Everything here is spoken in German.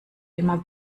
immer